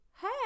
Hey